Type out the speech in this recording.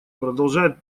продолжает